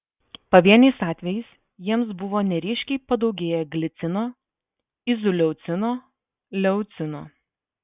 pavieniais atvejais jiems buvo neryškiai padaugėję glicino izoleucino leucino